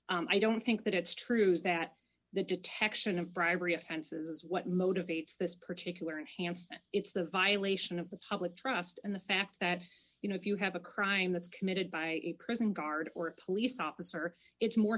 that's i don't think that it's true that the detection of bribery offenses d what motivates this particular enhanced it's the violation of the public trust and the fact that you know if you have a crime that's committed by a prison guard or a police officer it's more